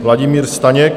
Vladimír Staněk.